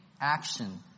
action